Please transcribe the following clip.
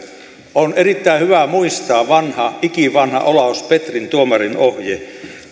on erittäin hyvä muistaa ikivanha olaus petrin tuomarinohje